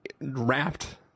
wrapped